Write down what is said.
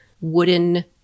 wooden